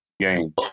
Game